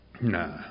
Nah